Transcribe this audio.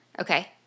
Okay